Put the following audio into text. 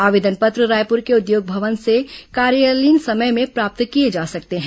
आवेदन पत्र रायपुर के उद्योग भवन से कार्यालयीन समय में प्राप्त किए जा सकते हैं